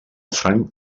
franc